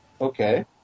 Okay